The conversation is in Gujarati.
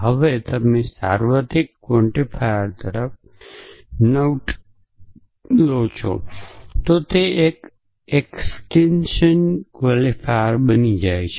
જો તમે સાર્વત્રિક ક્વોન્ટિફાયર ની તરફ નાઉટ લો તો તે એક સીસટેંનટીયલ ક્વોન્ટિફાયર બની જાય છે